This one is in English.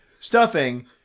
stuffing